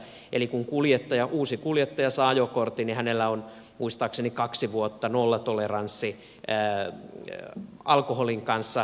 eli kun uusi kuljettaja saa ajokortin hänellä on muistaakseni kaksi vuotta nollatoleranssi alkoholin kanssa